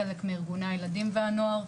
חלק מארגוני הילדים והנוער.